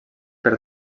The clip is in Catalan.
per